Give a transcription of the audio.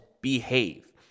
behave